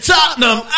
Tottenham